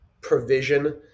provision